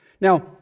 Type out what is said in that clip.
Now